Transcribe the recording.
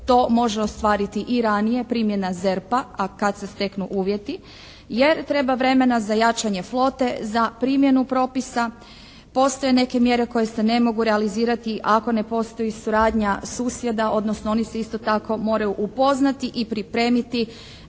to može ostvariti i ranije primjena ZERP-a, a kad se steknu uvjeti, jer treba vremena za jačanje flote, za primjenu propisa. Postoje neke mjere koje se ne mogu realizirati ako ne postoji suradnja susjedna, odnosno oni se isto tako moraju upoznati i pripremiti